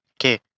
Okay